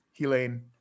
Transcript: Helene